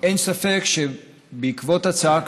אין ספק שבעקבות הצעה כזאת,